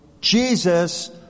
Jesus